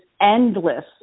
endless